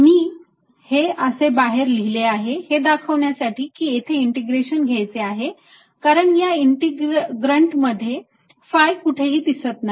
मी हे असे बाहेर लिहिले आहे हे दाखवण्यासाठी की तेथे इंटिग्रेशन घ्यायचे आहे कारण या इंटेग्रंट मध्ये phi कुठेही दिसत नाही